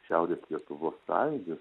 šiaurės lietuvos sąjūdis